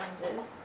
challenges